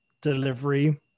delivery